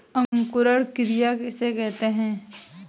अंकुरण क्रिया किसे कहते हैं?